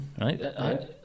right